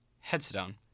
Headstone